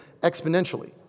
exponentially